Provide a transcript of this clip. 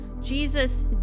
Jesus